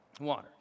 Water